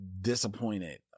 disappointed